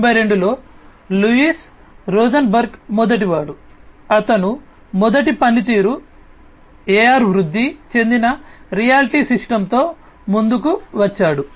1992 లో Louis Rosenberg మొదటివాడు అతను మొదటి పనితీరు AR వృద్ధి చెందిన రియాలిటీ సిస్టమ్తో ముందుకు వచ్చాడు